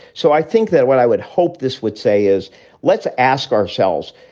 so i think that what i would hope this would say is let's ask ourselves,